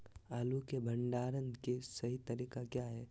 आलू के भंडारण के सही तरीका क्या है?